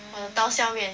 我的刀削面